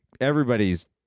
everybody's